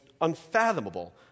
unfathomable